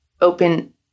open